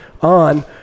on